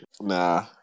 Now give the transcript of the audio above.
nah